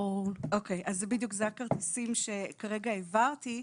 אלה הכרטיסים שכרגע הסברתי.